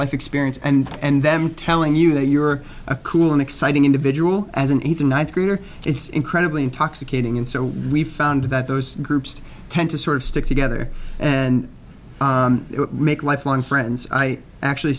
life experience and them telling you that you're a cool and exciting individual as an eighth or ninth grader it's incredibly intoxicating and so we found that those groups tend to sort of stick together and make lifelong friends i actually